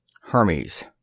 Hermes